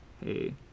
hey